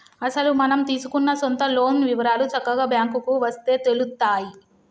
అసలు మనం తీసుకున్న సొంత లోన్ వివరాలు చక్కగా బ్యాంకుకు వస్తే తెలుత్తాయి